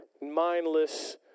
mindless